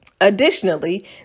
Additionally